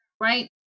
right